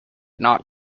not